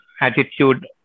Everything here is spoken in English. attitude